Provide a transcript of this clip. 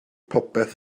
popeth